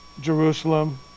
Jerusalem